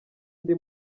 ndi